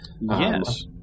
Yes